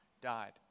died